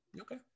Okay